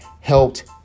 helped